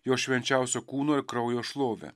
jo švenčiausio kūnui kraujo šlovę